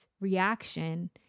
reaction